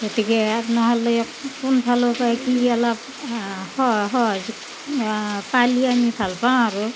গতিকে আপ্নাহালে কোন ফালৰ পৰা কি অলপ সহায় সহযোগ পালি আমি ভাল পাওঁ আৰু